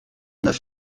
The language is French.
neuf